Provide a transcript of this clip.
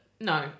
no